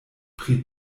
pri